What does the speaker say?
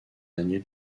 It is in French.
daniel